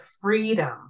freedom